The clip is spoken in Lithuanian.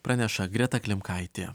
praneša greta klimkaitė